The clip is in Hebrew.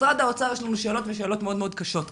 כלפי משרד האוצר יש לנו שאלות מאוד מאוד קשות.